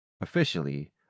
Officially